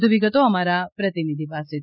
વધુ વિગતો અમારા પ્રતિનિધિ પાસેથી